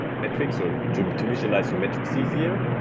metrics, or to to visualize your metrics easier.